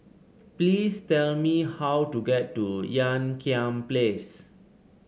please tell me how to get to Ean Kiam Place